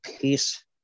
peace